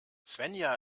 svenja